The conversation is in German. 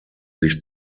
sich